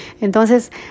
Entonces